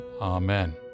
Amen